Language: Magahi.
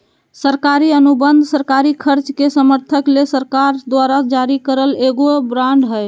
सरकारी अनुबंध सरकारी खर्च के समर्थन ले सरकार द्वारा जारी करल एगो बांड हय